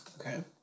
Okay